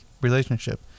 relationship